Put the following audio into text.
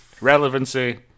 relevancy